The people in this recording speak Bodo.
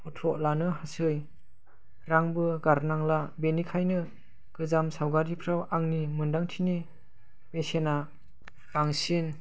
फट' लानो हायो रांबो गारनांला बेनिखायनो गोजाम सावगारिफोराव आंनि मोन्दांथिनि बेसेना बांसिन